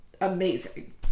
amazing